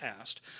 asked